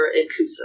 inclusive